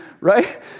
Right